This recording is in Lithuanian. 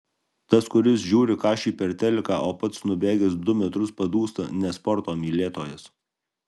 tas kuris žiūri kašį per teliką o pats nubėgęs du metrus padūsta ne sporto mylėtojas